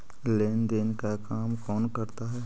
लेन देन का काम कौन करता है?